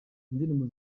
indirimbo